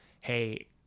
Hey